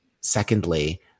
secondly